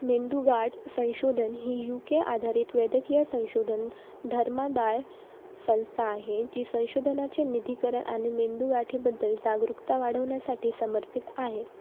मेंदू गाठ संशोधन ही यू के आधारित वैद्यकीय संशोधन धर्मादाय संस्था आहे जी संशोधनाचे निधीकरण आणि मेंदू गाठीबद्दल जागरूकता वाढवण्यासाठी समर्पित आहे